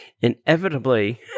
inevitably